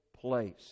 place